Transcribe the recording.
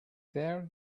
there